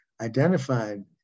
identified